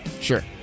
Sure